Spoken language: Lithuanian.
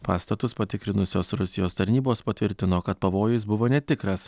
pastatus patikrinusios rusijos tarnybos patvirtino kad pavojus buvo netikras